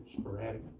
sporadic